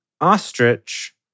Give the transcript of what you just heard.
ostrich